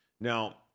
Now